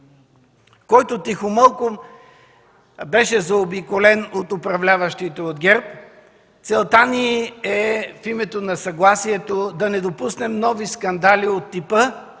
който тихомълком беше заобиколен от управляващите от ГЕРБ. Целта ни е в името на съгласието да не допуснем нови скандали от типа на този